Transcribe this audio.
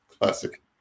classic